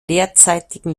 derzeitigen